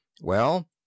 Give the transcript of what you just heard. Well